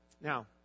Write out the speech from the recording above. Now